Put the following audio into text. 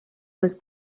was